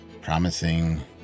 promising